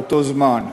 באותו זמן: